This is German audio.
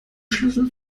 schlüssel